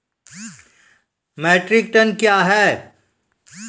Metric ton कया हैं?